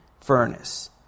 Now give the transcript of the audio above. furnace